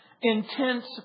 intense